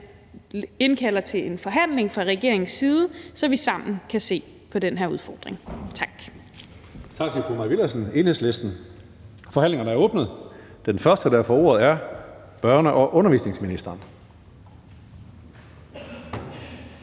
indkalder til en forhandling, så vi sammen kan se på den her udfordring. Tak.